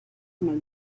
mal